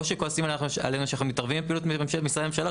או שכועסים עלינו שאנחנו מתערבים בפעילות משרדי ממשלה,